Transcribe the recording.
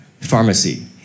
pharmacy